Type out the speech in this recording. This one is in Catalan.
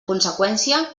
conseqüència